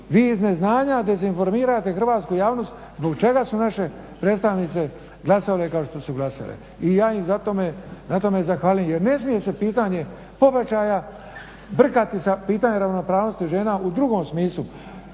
vi iz neznanja dezinformirate hrvatsku javnost zbog čega su naše predstavnice glasale kao što su glasale. I ja im na tome zahvaljujem. Jer ne smije se pitanje pobačaja brkati sa pitanjem ravnopravnosti žena u drugom smislu,